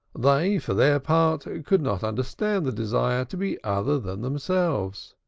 they for their part could not understand the desire to be other than themselves.